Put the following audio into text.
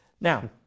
Now